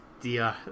dear